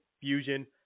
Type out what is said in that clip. fusion